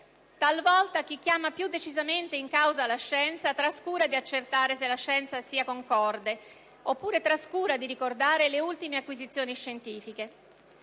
Talvolta, chi chiama più decisamente in causa la scienza, trascura di accertare se la scienza sia concorde, oppure trascura di ricordare le ultime acquisizioni scientifiche.